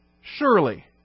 surely